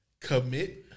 commit